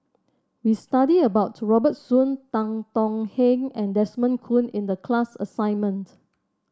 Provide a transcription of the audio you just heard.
we study about Robert Soon Tan Tong Hye and Desmond Kon in the class assignment